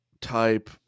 type